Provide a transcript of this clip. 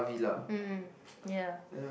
mm ya